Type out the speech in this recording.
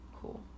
cool